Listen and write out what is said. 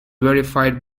verified